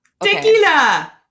tequila